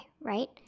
right